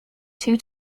two